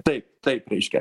taip taip reiškia